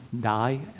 die